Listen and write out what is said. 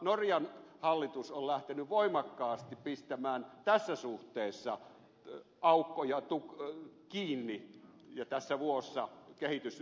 norjan hallitus on lähtenyt voimakkaasti pistämään tässä suhteessa aukkoja kiinni tässä vuossa kehitysmaitten kautta veroparatiiseihin